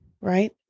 Right